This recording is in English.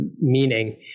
Meaning